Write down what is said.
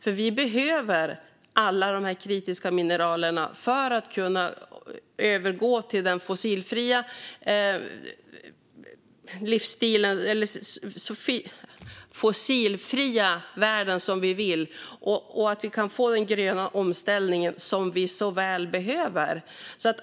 Sverige behöver alla dessa kritiska mineral för att kunna övergå till en fossilfri värld och göra den gröna omställning som landet så väl behöver.